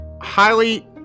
highly